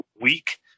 week